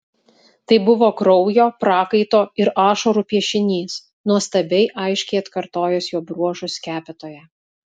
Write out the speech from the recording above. tai buvo kraujo prakaito ir ašarų piešinys nuostabiai aiškiai atkartojęs jo bruožus skepetoje